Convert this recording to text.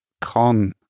con